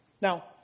Now